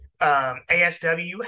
ASW